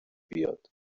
بیاد